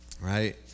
right